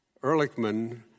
Ehrlichman